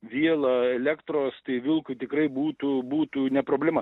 viela elektros tai vilkui tikrai būtų būtų ne problema